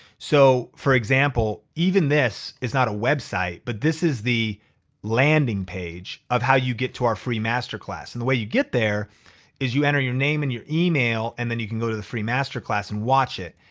so for example, even this is not a website, but this is the landing page of how you get to our free masterclass. and the way you get there is you enter your name and your email and then you can go to the free masterclass and watch it.